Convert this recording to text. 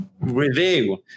review